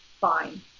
fine